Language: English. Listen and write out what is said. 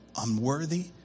unworthy